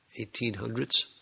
1800s